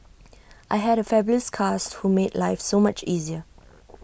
I had A fabulous cast who made life so much easier